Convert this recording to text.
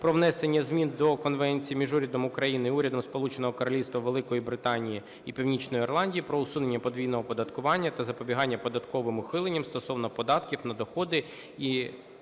про внесення змін до Конвенції між Урядом України і Урядом Сполученого Королівства Великобританії і Північної Ірландії про усунення подвійного оподаткування та запобігання податковим ухиленням стосовно податків на доход і